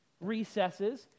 recesses